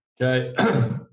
Okay